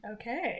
Okay